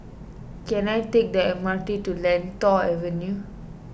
can I take the M R T to Lentor Avenue